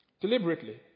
Deliberately